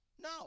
No